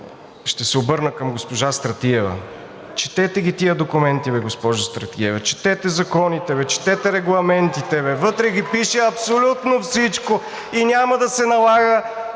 ще се обърна към госпожа Стратиева. Четете ги тези документи бе, госпожо Стратиева! Четете законите бе! Четете регламентите бе! Вътре го пише абсолютно всичко и няма да се налага